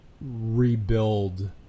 rebuild